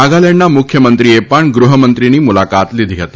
નાગાલેન્ડના મુખ્યમંત્રીએ પણ ગૃહમંત્રીની મુલાકાત લીધી હતી